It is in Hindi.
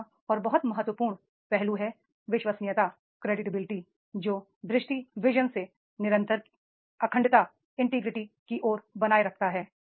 तीसरा और बहुत महत्वपूर्ण पहलू है विश्वसनीयता क्रेडिविलिटी जो विजन से निरंतरता की इंटीग्रिटी बनाये रखता है